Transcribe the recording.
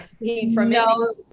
no